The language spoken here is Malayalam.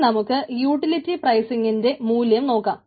ഇനി നമുക്ക് യൂട്ടിലിറ്റി പ്രൈസിങ്ങിന്റെ മൂല്യം നോക്കാം